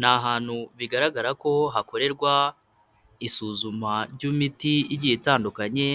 Ni ahantu bigaragara ko hakorerwa isuzuma ry'imiti igiye itandukanye,